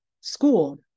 school